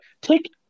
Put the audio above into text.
take